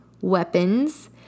weapons